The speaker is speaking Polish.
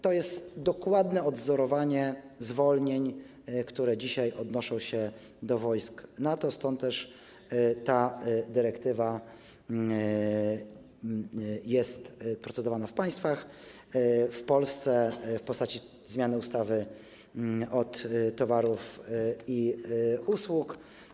To jest dokładne odwzorowanie zwolnień, które dzisiaj odnoszą się do wojsk NATO, stąd też ta dyrektywa jest procedowana w poszczególnych państwach, w Polsce - w postaci zmiany ustawy o podatku od towarów i usług.